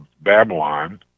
Babylon